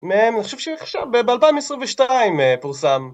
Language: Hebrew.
אני חושב שעכשיו, ב-2022 פורסם.